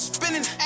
Spinning